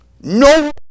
no